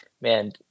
man